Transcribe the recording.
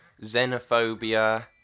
xenophobia